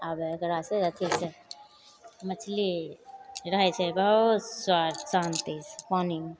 आब एकरासे अथी छै मछली रहै छै बहुत स्वार्थ शान्तिसे पानीमे